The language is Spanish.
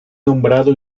nombrado